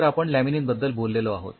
तर आपण लॅमिनीन बद्दल बोललेलो आहोत